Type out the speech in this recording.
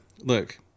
look